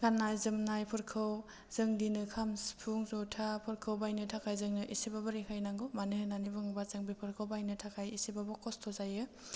गान्नाय जोमनायफोरखौ जों दिनै खाम सिफुं ज'थाफोरखौ बायनो थाखाय जोंनो एसेबाबो रेहाय नांगौ मानो होन्नानै बुङोबा जों बेफोरखौ बायनो थाखाय एसेबाबो खस्त' जायो